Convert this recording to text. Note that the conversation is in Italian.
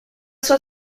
sua